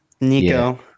Nico